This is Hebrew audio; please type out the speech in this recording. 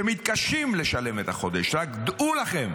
שמתקשים לשלם את החודש, רק דעו לכם